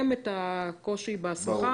באדום,